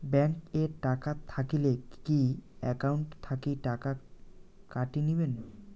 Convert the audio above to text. Bank এ টাকা থাকিলে কি একাউন্ট থাকি টাকা কাটি নিবেন?